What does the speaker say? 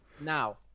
Now